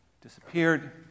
disappeared